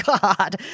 God